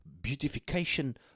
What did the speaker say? beautification